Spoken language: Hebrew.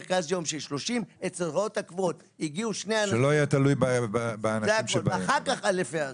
שלא יהיה תלוי באנשים שבאים.